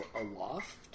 aloft